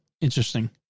interesting